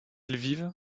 lviv